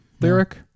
lyric